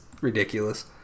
ridiculous